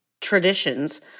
traditions